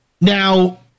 Now